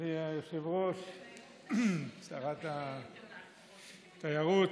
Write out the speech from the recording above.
אדוני היושב-ראש, שרת התיירות,